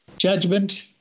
judgment